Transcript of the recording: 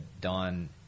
Don